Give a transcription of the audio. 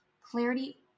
Clarity